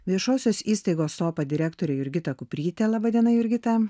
viešosios įstaigos sopa direktorė jurgita kuprytė laba diena jurgita